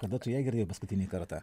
kada tu ją girdėjai paskutinį kartą